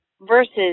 versus